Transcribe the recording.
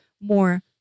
more